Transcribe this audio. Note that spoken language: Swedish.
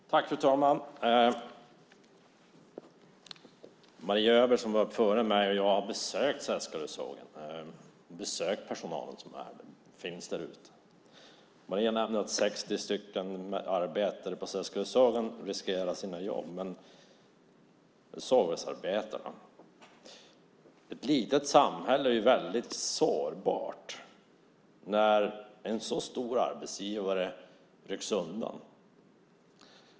Fru talman! Jag och Maria Stenberg, som talade före mig, har besökt Seskarösågen och dess personal. Maria nämnde att 60 arbetare på Seskarösågen riskerar sina jobb. Ett litet samhälle är väldigt sårbart. Vad händer när en så stor arbetsgivare rycks undan?